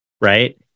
right